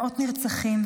מאות נרצחים,